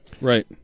Right